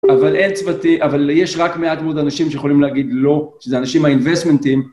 אבל אין צוותי, אבל יש רק מעט מאוד אנשים שיכולים להגיד לא, שזה אנשים האינבסטמנטים.